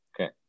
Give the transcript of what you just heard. Okay